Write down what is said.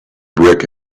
brick